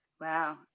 Wow